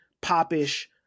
pop-ish